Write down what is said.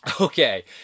Okay